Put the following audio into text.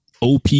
OP